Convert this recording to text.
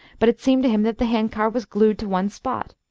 but it seemed to him that the hand-car was glued to one spot.